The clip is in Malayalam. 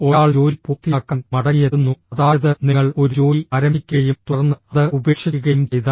ഒരാൾ ജോലി പൂർത്തിയാക്കാൻ മടങ്ങിയെത്തുന്നു അതായത് നിങ്ങൾ ഒരു ജോലി ആരംഭിക്കുകയും തുടർന്ന് അത് ഉപേക്ഷിക്കുകയും ചെയ്താൽ